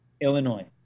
Illinois